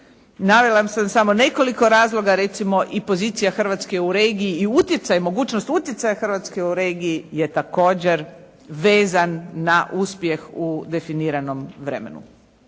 Navela sam samo nekoliko razloga recimo i pozicija Hrvatske u regiji i utjecaj, mogućnost utjecaja Hrvatske u regiji je također vezan na uspjeh u definiranom vremenu.